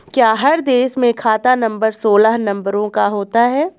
क्या हर देश में खाता नंबर सोलह नंबरों का होता है?